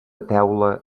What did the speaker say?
teula